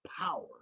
power